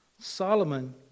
Solomon